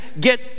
get